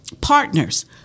partners